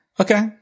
Okay